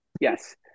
Yes